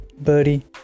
Buddy